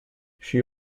she